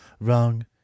Wrong